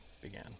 began